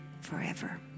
forever